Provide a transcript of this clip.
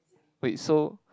wait so